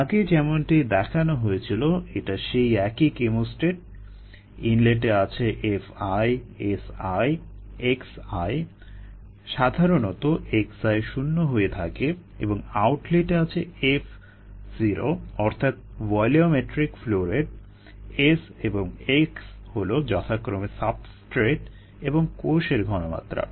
আগে যেমনটি দেখানো হয়েছিল এটা সেই একই কেমোস্ট্যাট ইনলেটে আছে Fi Si xi সাধারণত xi শুণ্য হয়ে থাকে এবং আউটলেটে আছে F0 অর্থাৎ ভলিওমেট্রিক ফ্লো রেট S এবং x হলো যথাক্রমে সাবস্ট্রেট এবং কোষের ঘনমাত্রা